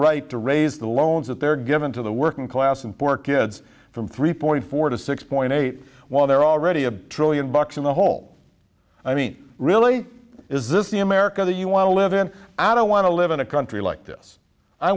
right to raise the loans that they're given to the working class and poor kids from three point four to six point eight while they're already a trillion bucks in the hole i mean really is this the america that you want to live in out i want to live in a country like this i